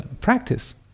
practice